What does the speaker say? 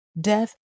death